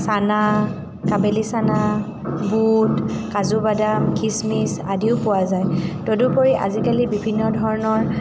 চানা কাবেলি চানা বুট কাজুবাদাম খিচমিচ আদিও পোৱা যায় তদুপৰি আজিকালি বিভিন্ন ধৰণৰ